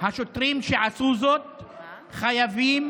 השוטרים שעשו זאת חייבים,